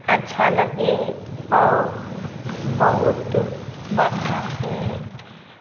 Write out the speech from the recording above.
अच्छा लगे बहुत बढ़िया से